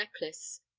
necklace